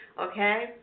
Okay